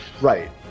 Right